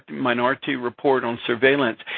minority report on surveillance,